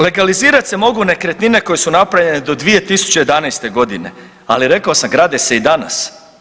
Legalizirat se mogu nekretnine koje su napravljene do 2011.g., ali rekao sam grade se i danas.